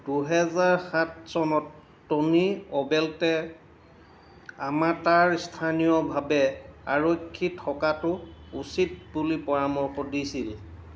দুহেজাৰ সাত চনত টনি অবেল্টে আমাটাৰ স্থানীয়ভাৱে আৰক্ষী থকাটো উচিত বুলি পৰামৰ্শ দিছিল